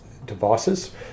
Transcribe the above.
devices